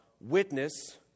witness